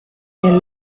nel